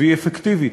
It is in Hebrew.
והיא אפקטיבית.